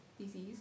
disease